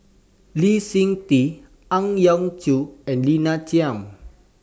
Lee Seng Tee Ang Yau Choon and Lina Chiam